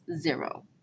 zero